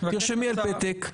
תרשמי על פתק,